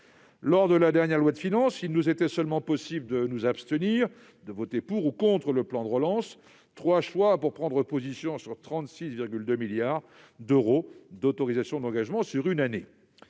Lors de la dernière loi de finances, il nous était seulement possible de voter pour ou contre le plan de relance ou de nous abstenir ; trois choix pour prendre position sur 36,2 milliards d'euros d'autorisations d'engagement sur une année